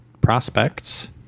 prospects